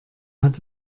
hat